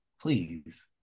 Please